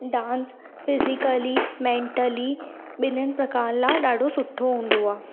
dance physically mentally ॿिनीनि प्रकार लाइ ॾाढो सुठो हूंदो आहे